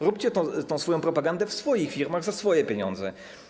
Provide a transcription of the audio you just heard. Róbcie swoją propagandę w swoich firmach, za swoje pieniądze.